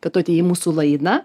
kad tu atėjai į mūsų laidą